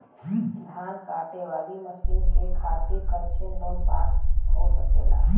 धान कांटेवाली मशीन के खातीर कैसे लोन पास हो सकेला?